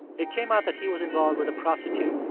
it came out that he was involved with a prostitute,